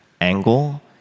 angle